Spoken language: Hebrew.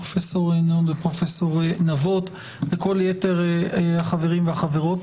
פרופ' נהון ופרופ' נבות ולכל יתר החברים והחברות.